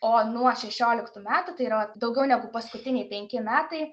o nuo šešioliktų metų tai yra daugiau negu paskutiniai penki metai